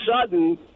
sudden